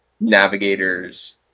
navigators